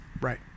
Right